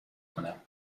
کنم